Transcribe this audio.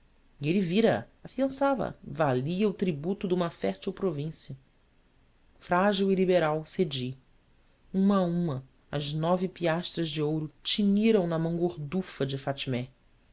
ele vira-a afiançava a valia o tributo de uma fértil província frágil e liberal cedi uma a uma as nove piastras de ouro tiniram na mão gordufa de fatmé